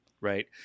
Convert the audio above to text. right